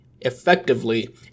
effectively